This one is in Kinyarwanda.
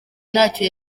ntacyo